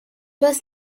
was